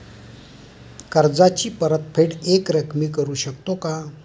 कर्जाची परतफेड एकरकमी करू शकतो का?